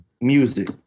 music